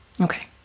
Okay